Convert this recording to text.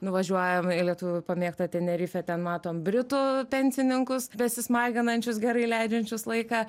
nuvažiuojam į lietuvių pamėgtą tenerifę ten matom britų pensininkus besismaginančius gerai leidžiančius laiką